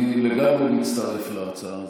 אני לגמרי מצטרף להצעה הזאת.